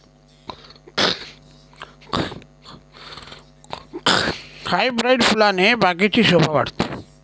hybrid फुलाने बागेची शोभा वाढते